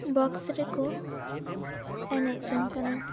box ᱨᱮᱠᱚ ᱮᱱᱮᱡ ᱡᱚᱝ ᱠᱟᱱᱟ